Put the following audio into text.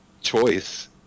choice